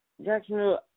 Jacksonville